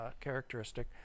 characteristic